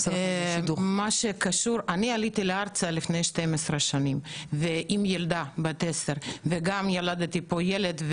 אני עליתי לארץ לפני 12 שנים עם ילדה בת עשר וגם ילדתי פה ילד.